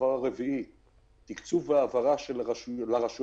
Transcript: קיבלנו הרבה מאוד פניות עם שאלות ותהיות